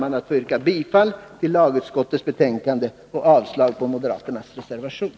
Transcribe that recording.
Jag ber att få yrka bifall till lagutskottets hemställan och avslag på moderaternas reservation.